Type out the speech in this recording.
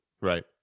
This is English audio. Right